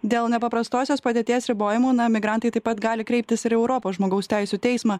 dėl nepaprastosios padėties ribojimų na migrantai taip pat gali kreiptis ir į europos žmogaus teisių teismą